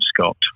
Scott